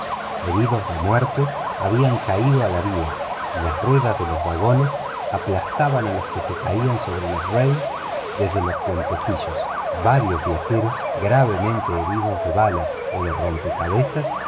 heridos de muerte habían caído a la vía y las ruedas de los vagones aplastaban a los que se caian sobre los rieles desde las plataformas varios viajeros gravemente heridos de bala o de rompecabezas